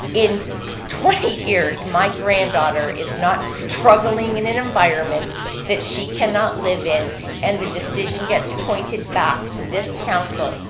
in twenty years, my granddaughter is not struggling in an environment that she cannot live in and the decision gets pointed back to this council,